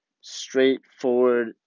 straightforward